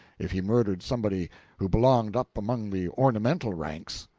if he murdered somebody who belonged up among the ornamental ranks.